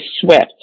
swept